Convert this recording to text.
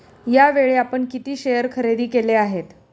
यावेळी आपण किती शेअर खरेदी केले आहेत?